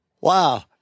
Wow